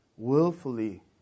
willfully